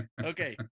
Okay